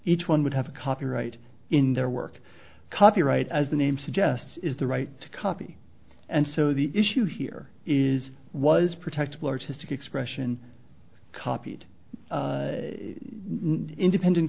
each one would have copyright in their work copyright as the name suggests is the right to copy and so the issue here is was protect largest expression copied independent